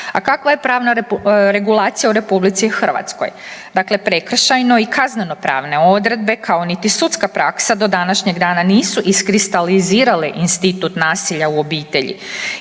A kakva je pravna regulacija u RH? Dakle prekršajno i kaznenopravne odredbe kao niti sudska praska do današnjeg dana nisu iskristalizirale institut nasilja u obitelji,